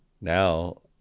now